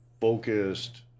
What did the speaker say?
focused